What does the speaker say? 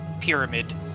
pyramid